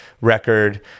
record